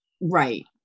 Right